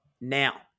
Now